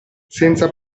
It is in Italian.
senza